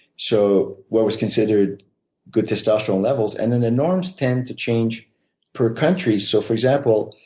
so what was considered good testosterone levels, and then the norms tend to change per country. so for example,